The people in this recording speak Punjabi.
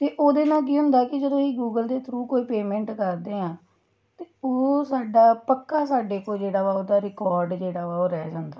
ਤਾਂ ਓਹਦੇ ਨਾਲ ਕੀ ਹੁੰਦਾ ਕਿ ਜਦੋਂ ਅਸੀਂ ਗੂਗਲ ਦੇ ਥਰੂ ਕੋਈ ਪੇਮੈਂਟ ਕਰਦੇ ਹਾਂ ਅਤੇ ਉਹ ਸਾਡਾ ਪੱਕਾ ਸਾਡੇ ਕੋਲ ਜਿਹੜਾ ਵਾ ਉਹਦਾ ਰਿਕੋਡ ਜਿਹੜਾ ਵਾ ਉਹ ਰਹਿ ਜਾਂਦਾ